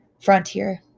frontier